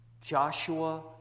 Joshua